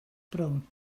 brown